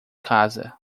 casa